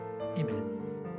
amen